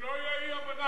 שלא תהיה אי-הבנה,